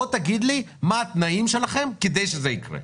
בוא תגיד לי מה התנאים שלכם כדי שזה יקרה.